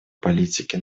политики